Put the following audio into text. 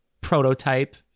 prototype